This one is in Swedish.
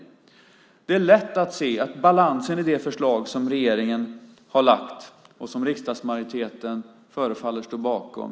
Det är lätt att se balansen i det förslag som regeringen har lagt fram och som riksdagsmajoriteten förefaller stå bakom.